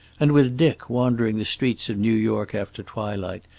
and with dick wandering the streets of new york after twilight,